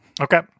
Okay